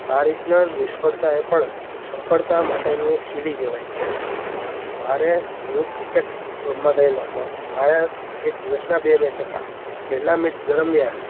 આ રીતના નિષ્ફળતા એ પણ સફળતા માટેની એક સીડી કહેવાય છે મારે હું ક્રિકેટ રમવા ગયેલો હતો મારે એક દિવસના બે મેચ હતા પહેલાં મેચ દરમ્યાન